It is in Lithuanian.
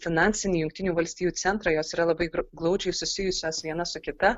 finansinį jungtinių valstijų centrą jos yra labai glaudžiai susijusios viena su kita